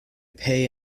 pay